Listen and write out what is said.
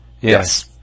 Yes